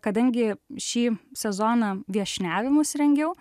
kadangi šį sezoną viešniavimus rengiau